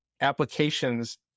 applications